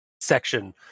section